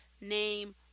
name